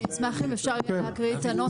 אני אשמח אם אפשר יהיה להקריא את הנוסח.